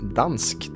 dansk